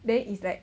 then is like